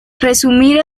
resumir